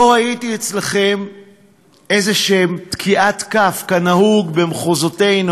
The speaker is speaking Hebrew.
לא ראיתי אצלכם איזשהן מחיאות כף כנהוג במחוזותינו